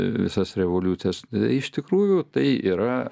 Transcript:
visas revoliucijas iš tikrųjų tai yra